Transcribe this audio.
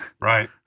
Right